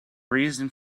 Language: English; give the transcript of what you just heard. reason